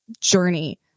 journey